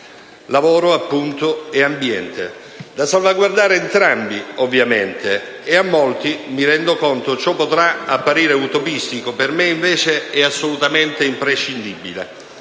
appunto, e ambiente. Da salvaguardare entrambi ovviamente. A molti - mi rendo conto - ciò potrà apparire utopistico; per me, invece, è assolutamente imprescindibile.